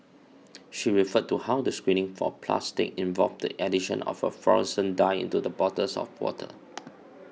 she referred to how the screening for plastic involved the addition of a fluorescent dye into the bottles of water